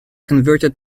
converted